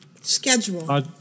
Schedule